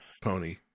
Pony